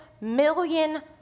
million